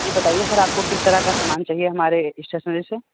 जी बताइए सर आपको किस तरह का समान चाहिए हमारे स्टेशनरी से